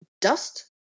Dust